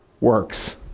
works